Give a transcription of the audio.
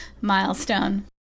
milestone